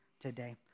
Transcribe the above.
today